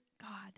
God